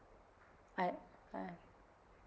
I I